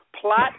plot